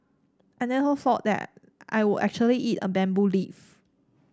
I never thought that I I would actually eat a bamboo leaf